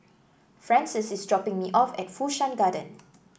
Frances is dropping me off at Fu Shan Garden